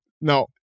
No